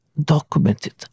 documented